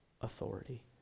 authority